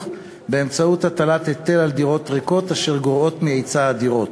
באמצעות הטלת היטל על דירות ריקות אשר גורעות מהיצע הדירות.